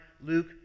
Luke